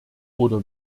oder